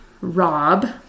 Rob